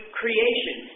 creation